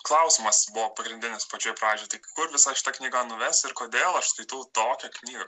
klausimas buvo pagrindinis pačioj pradžiojtai kur visa šita knyga nuves ir kodėl aš skaitau tokią knygą